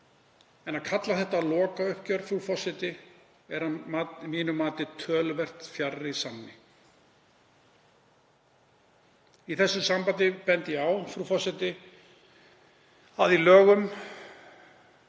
En að kalla þetta lokauppgjör, frú forseti, er að mínu mati töluvert fjarri lagi. Í þessu sambandi bendi ég á að í lögum